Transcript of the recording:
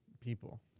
people